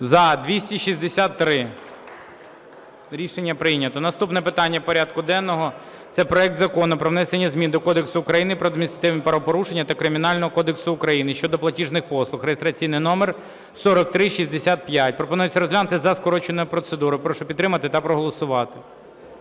За-263 Рішення прийнято. Наступне питання порядку денного – це проект Закону про внесення змін до Кодексу України про адміністративні правопорушення та Кримінального кодексу України (щодо платіжних послуг) (реєстраційний номер 4365). Пропонується розглянути за скороченою процедурою. Прошу підтримати та проголосувати.